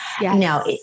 now